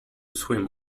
swim